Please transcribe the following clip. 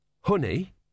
Honey